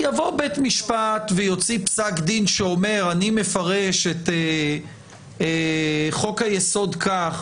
יבוא בית משפט ויוציא פסק דין שאומר שהוא מפרש את חוק היסוד כך